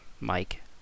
Mike